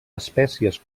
espècies